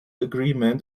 agreement